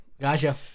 Gotcha